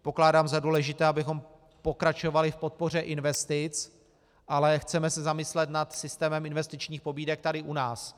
Pokládám za důležité, abychom pokračovali v podpoře investic, ale chceme se zamyslet nad systémem investičních pobídek tady u nás.